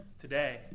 today